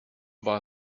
war